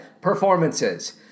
performances